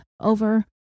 over